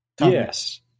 Yes